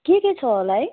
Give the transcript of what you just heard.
के के छ होला है